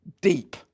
deep